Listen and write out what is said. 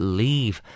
leave